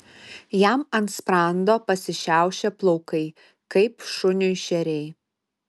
jam ant sprando pasišiaušė plaukai kaip šuniui šeriai